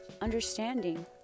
understanding